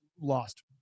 lost